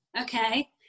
okay